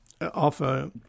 offer